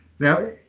Now